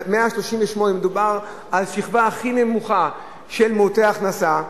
ב-138,000 מדובר על השכבה הכי נמוכה של מעוטי הכנסה,